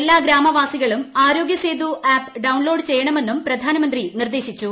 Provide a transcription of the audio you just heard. എല്ലാം ഗ്രാമവാസികളും Aarogya Setu app download ചെയ്യണമെന്നും പ്രധാനമന്ത്രി നിർദ്ദേശിച്ചു